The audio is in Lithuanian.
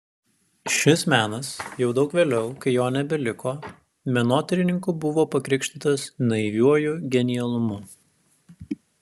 šis menas jau daug vėliau kai jo nebeliko menotyrininkų buvo pakrikštytas naiviuoju genialumu